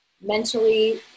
mentally